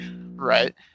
right